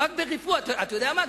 אתה יודע מה,